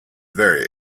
very